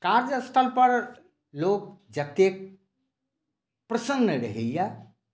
कार्यस्थल पर लोक जतेक प्रसन्न रहैया